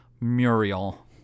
Muriel